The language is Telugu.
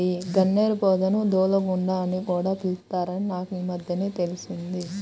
గన్నేరు పొదను దూలగుండా అని కూడా పిలుత్తారని నాకీమద్దెనే తెలిసింది